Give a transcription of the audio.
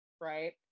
right